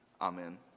amen